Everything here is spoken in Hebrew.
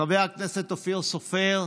חבר הכנסת אופיר סופר,